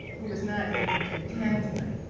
who was not able to attend tonight,